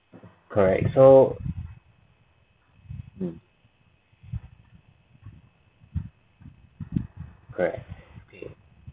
correct so correct okay